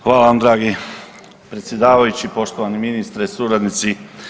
Hvala vam dragi predsjedavajući, poštovani ministre i suradnici.